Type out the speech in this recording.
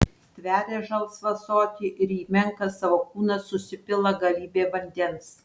stveria žalsvą ąsotį ir į menką savo kūną susipila galybę vandens